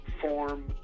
form